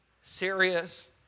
serious